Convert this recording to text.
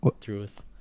truth